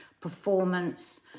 performance